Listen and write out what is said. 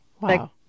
Wow